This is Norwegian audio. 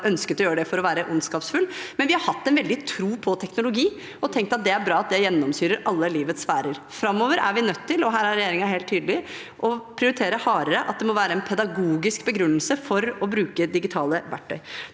har ønsket å gjøre det for å være ondskapsfull, men vi har hatt en veldig tro på teknologi og tenkt at det er bra at det gjennomsyrer alle livets sfærer. Framover er vi nødt til – her er regjeringen helt tydelig – å prioritere hardere at det må være en pedagogisk begrunnelse for å bruke digitale verktøy.